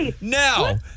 now